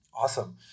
Awesome